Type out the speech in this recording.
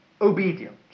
obedience